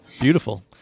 Beautiful